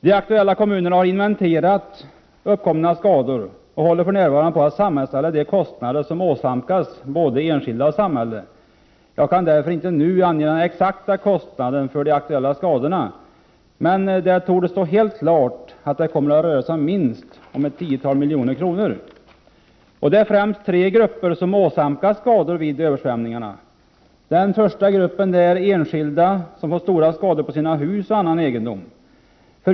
De aktuella kommunerna har inventerat uppkomna skador och håller för närvarande på att sammanställa de kostnader som åsamkats både enskilda och samhället. Jag kan därför inte nu ange den exakta kostnaden för de aktuella skadorna, men det torde stå helt klart att det kommer att röra sig om minst ett tiotal miljoner kronor. Det är främst tre grupper som har åsamkats skador vid översvämningarna. Den första gruppen är enskilda som har fått stora skador på sina hus och annan egendom.